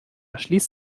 schließt